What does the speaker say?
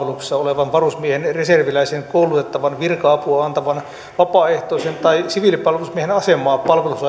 palveluksessa olevan varusmiehen reserviläisen koulutettavan virka apua antavan vapaaehtoisen tai siviilipalvelusmiehen asemaa